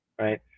Right